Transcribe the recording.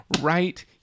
right